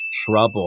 trouble